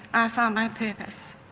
i found my purpose.